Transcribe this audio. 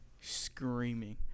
screaming